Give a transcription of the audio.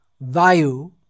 vayu